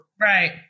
Right